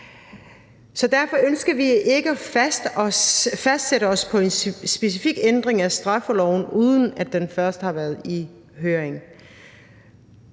Så derfor ønsker vi ikke at lægge os fast på en specifik ændring af straffeloven, uden at den først har været i høring.